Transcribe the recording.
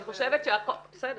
אני חיה את השטח.